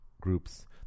groups